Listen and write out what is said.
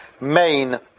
main